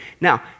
now